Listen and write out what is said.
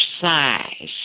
size